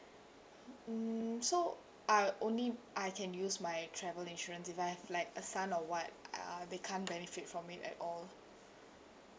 um so I'll only I can use my travel insurance if I have like a son or what uh they can't benefit from it at all